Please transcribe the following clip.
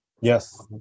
Yes